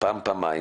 פעם או פעמיים,